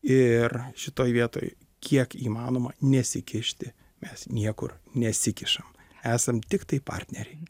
ir šitoj vietoj kiek įmanoma nesikišti mes niekur nesikišam esam tiktai partneriai